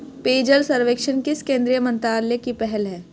पेयजल सर्वेक्षण किस केंद्रीय मंत्रालय की पहल है?